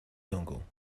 dongle